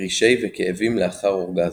וקרישי וכאבים לאחר אורגזמה.